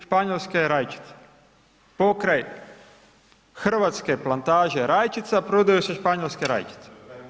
Španjolske rajčice, pokraj hrvatske plantaže rajčica, prodaju se španjolske rajčice.